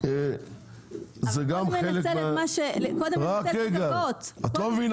על מנת שזה יקרה, אנחנו צריכים